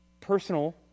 personal